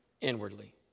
inwardly